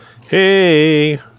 Hey